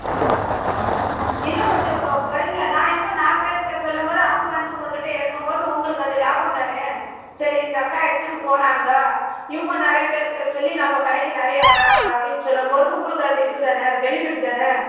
ம் இன்னும் கொஞ்சம் கொ குறைங்க நான் இன்னும் நாலு பேர் கிட்ட சொல்லும் போது அவங்க வந்து உங்கள் கிட்ட எடுக்கும் போது உங்களுக்கு அது லாபம் தானே சரி இந்த அக்கா எடுத்துகிட்டுப் போனாங்க இவங்க நிறையா பேர் கிட்ட சொல்லி நம்ப கடைக்கு நிறையா வர்றாங்க அப்படின்னு சொல்லும் போது உங்களுக்கு அது இதுதானே பெனிஃபிட்டு தானே